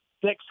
six